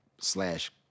slash